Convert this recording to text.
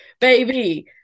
baby